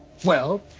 well,